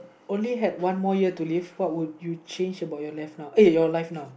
only had one more year to live what would you change about your life now uh your life now